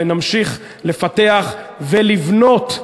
ונמשיך לפתח ולבנות,